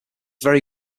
very